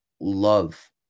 love